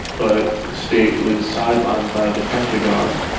but state was sidelined by the pentagon,